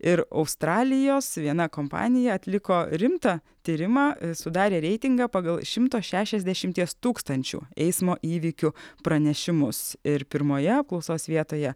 ir australijos viena kompanija atliko rimtą tyrimą sudarė reitingą pagal šimto šešiasdešimties tūkstančių eismo įvykių pranešimus ir pirmoje apklausos vietoje